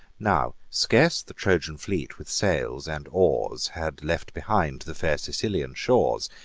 now scarce the trojan fleet, with sails and oars, had left behind the fair sicilian shores,